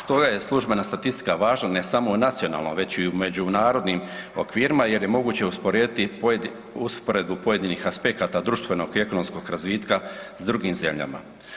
Stoga je službena statistika važna ne samo u nacionalno već i u međunarodnim okvirima jer je moguće usporediti usporedbu pojedinih aspekata društvenog i ekonomskog razvitka s drugim zemljama.